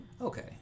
Okay